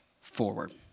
forward